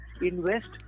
invest